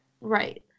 Right